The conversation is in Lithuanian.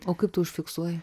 o kaip tu užfiksuoji